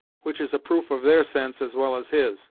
which is a proof of their sense as well as his.